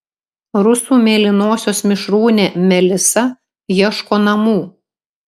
rusų mėlynosios mišrūnė melisa ieško namų